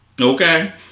Okay